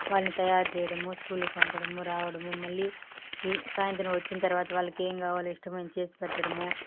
వాళ్ళని తయారు చేయడము స్కూల్కు పంపడము రావడము మళ్ళీ ఈ సాయంత్రం వచ్చిన తర్వాత వాళ్లకి ఏం కావాలి ఇష్టమైనది చేసి పెట్టడము